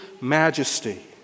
majesty